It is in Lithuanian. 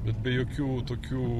bet be jokių tokių